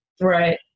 Right